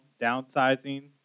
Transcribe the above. downsizing